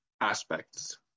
aspects